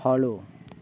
follow